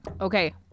Okay